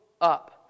up